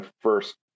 first